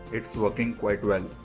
it's working quite well.